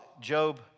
Job